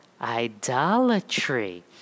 idolatry